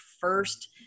first